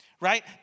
right